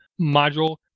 module